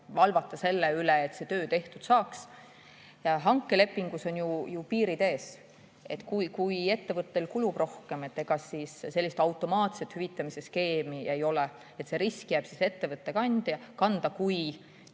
valvata selle üle, et see töö tehtud saaks. Hankelepingus on ju piirid ees. Kui ettevõttel kulub rohkem aega, ega siis sellist automaatset hüvitamise skeemi ei ole. See risk jääb siis ettevõtte kanda, kui